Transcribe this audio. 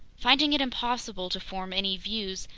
finding it impossible to form any views,